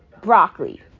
broccoli